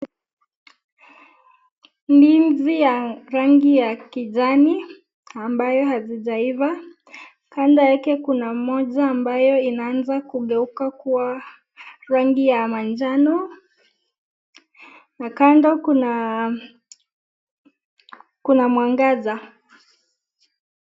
Ndizi ya rangi ya kijani ambayo hazijaiva. Kando yake kuna moja ambayo inaanza kugeuka kuwa rangi ya manjano na kando kuna mwangaza.